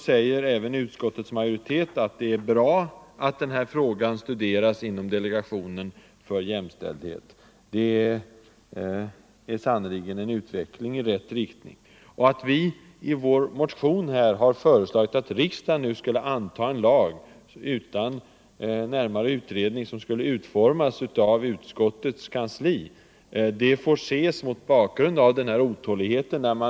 Nu säger även utskottets majoritet att det är bra att denna fråga studeras inom delegationen för jämställdhet, och det är sannerligen en utveckling i rätt riktning. Att vi i vår motion föreslagit att riksdagen nu utan mer omfattande utredning skall anta en ny lag, att utformas av utskottets kansli, får ses mot bakgrund av den otålighet vi känner.